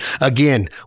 Again